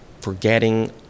forgetting